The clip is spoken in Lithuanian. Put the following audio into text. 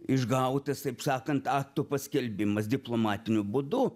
išgautas taip sakant akto paskelbimas diplomatiniu būdu